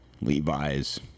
Levi's